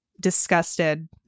disgusted